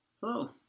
Hello